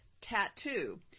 Tattoo